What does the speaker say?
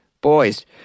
Boys